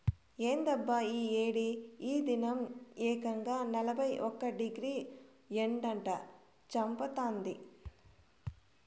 ఏందబ్బా ఈ ఏడి ఈ దినం ఏకంగా నలభై ఒక్క డిగ్రీ ఎండట చంపతాంది